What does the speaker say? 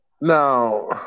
now